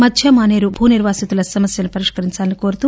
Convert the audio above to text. మధ్య మానేరు భూ నిర్వాసితుల సమస్యలను పరిష్కరించాలని కోరుతూ